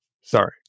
sorry